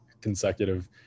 consecutive